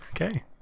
Okay